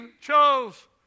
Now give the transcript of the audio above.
chose